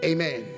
Amen